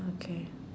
okay